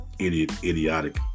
idiotic